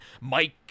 Mike